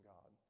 God